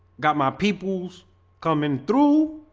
got my peoples coming through